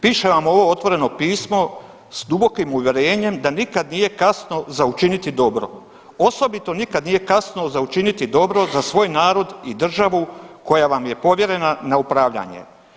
Pišem vam ovo otvoreno pismo s dubokim uvjerenjem da nikad nije kasno za učiniti dobro, osobito nikad nije kasno za učiniti dobro za svoj narod i državu koja vam je povjerena na upravljanje.